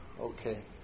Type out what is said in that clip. okay